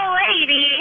lady